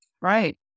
right